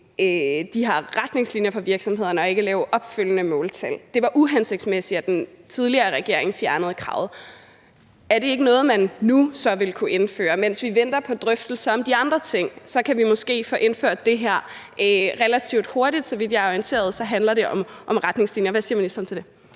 de her retningslinjer for virksomhederne om de opfølgende måltal siger, at det var uhensigtsmæssigt, at den tidligere regering fjernede kravet, er, om det ikke er noget, man så vil kunne indføre nu. Mens vi venter på drøftelser om de andre ting, kan vi måske få indført det her relativt hurtigt. Så vidt jeg er orienteret, handler det om retningslinjer. Hvad siger ministeren til det?